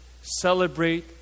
celebrate